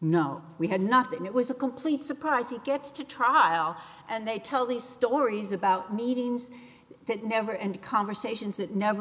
no we had nothing it was a complete surprise it gets to trial and they tell these stories about meetings that never and conversations that never